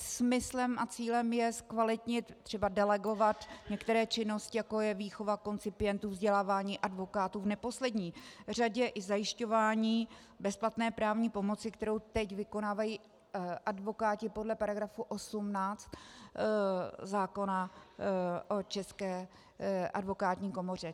Smyslem a cílem je zkvalitnit, třeba delegovat, některé činnosti, jako je výchova koncipientů, vzdělávání advokátů, v neposlední řadě i zajišťování bezplatné právní pomoci, kterou teď vykonávají advokáti podle § 18 zákona o České advokátní komoře.